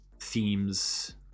themes